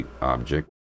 object